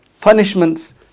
Punishments